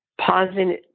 Pausing